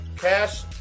Cash